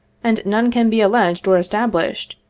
and none can be alleged or established,